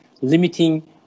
limiting